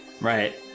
Right